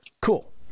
Cool